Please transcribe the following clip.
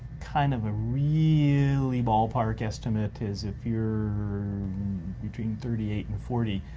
kind of a really ballpark estimate is if you're between thirty eight and forty,